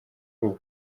ubu